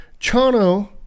Chano